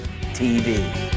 TV